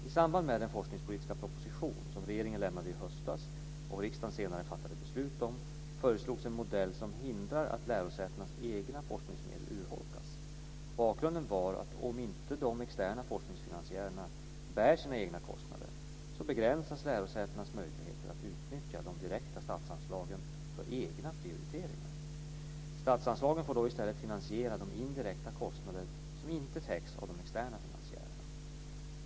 I samband med den forskningspolitiska proposition som regeringen lämnade i höstas, och riksdagen senare fattade beslut om, föreslogs en modell som hindrar att lärosätenas egna forskningsmedel urholkas. Bakgrunden var att om inte de externa forskningsfinansiärerna bär sina egna kostnader så begränsas lärosätenas möjligheter att utnyttja de direkta statsanslagen för egna prioriteringar. Statsanslagen får då i stället finansiera de indirekta kostnader som inte täcks av de externa finansiärerna.